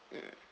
mm